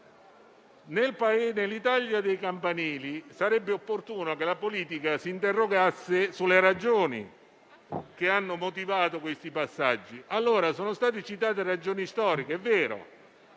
Nell'Italia dei campanili sarebbe opportuno dunque che la politica si interrogasse sulle ragioni che hanno motivato questi passaggi. Sono state citate ragioni storiche, è vero,